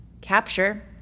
capture